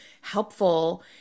helpful